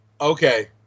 Okay